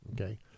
okay